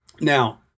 Now